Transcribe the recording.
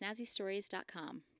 snazzystories.com